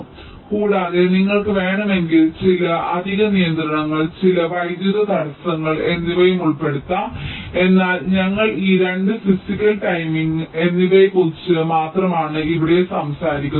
അതിനാൽ കൂടാതെ നിങ്ങൾക്ക് വേണമെങ്കിൽ ചില അധിക നിയന്ത്രണങ്ങൾ ചില വൈദ്യുത തടസ്സങ്ങൾ എന്നിവയും ഉൾപ്പെടുത്താം എന്നാൽ ഞങ്ങൾ ഈ 2 ഫിസിക്കൽ ടൈമിംഗ് എന്നിവയെക്കുറിച്ച് മാത്രമാണ് ഇവിടെ സംസാരിക്കുന്നത്